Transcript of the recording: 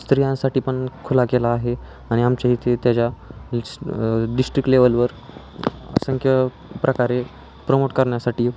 स्त्रियांसाठी पण खुला केला आहे आणि आमच्या इथे त्याच्या डिस डिस्ट्रिक्ट लेवलवर असंख्य प्रकारे प्रमोट करण्यासाठी